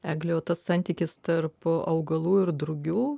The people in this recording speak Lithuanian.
eglė o tas santykis tarp augalų ir drugių